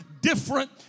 different